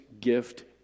gift